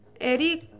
Eric